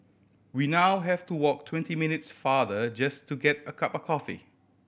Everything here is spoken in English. we now have to walk twenty minutes farther just to get a cup of coffee